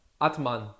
Atman